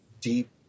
deep